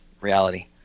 reality